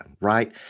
right